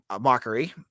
mockery